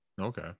Okay